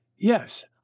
Yes